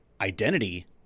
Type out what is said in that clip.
identity